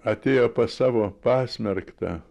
atėjo pas savo pasmerktą